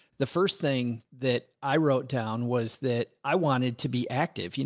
the first thing that i wrote down was that. i wanted to be active. you